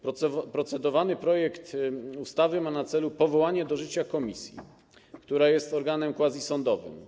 Procedowany projekt ustawy ma na celu powołanie do życia komisji, która jest organem quasi-sądowym.